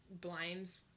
blinds